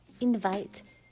invite